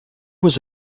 was